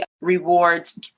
rewards